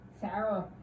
Sarah